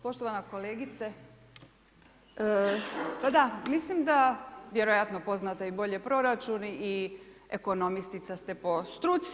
Poštovana kolegice, pa da, mislim da, vjerojatno poznate i bolje proračun i ekonomistica ste po struci.